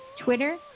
Twitter